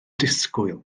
disgwyl